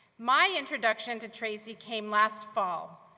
my introduction to tracy came last fall,